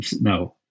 no